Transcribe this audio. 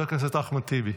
חבר הכנסת אחמד טיבי,